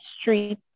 street